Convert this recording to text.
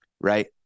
Right